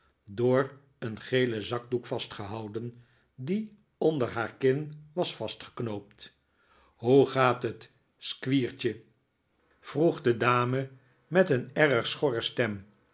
door een gelen zakdoek vastgehouden die onder haar kin was vastgeknoopt hoe gaat het squeertje vroeg de dam teleurs telling van smike h me met een erg schorre stem